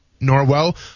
Norwell